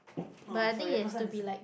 oh I'm sorry the person is uh